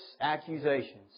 accusations